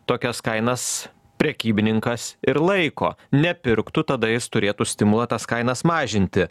tokias kainas prekybininkas ir laiko nepirktų tada jis turėtų stimulą tas kainas mažinti